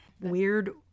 Weird